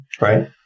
Right